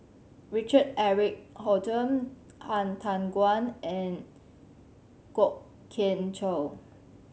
Richard Eric Holttum Han Tan Juan and Kwok Kian Chow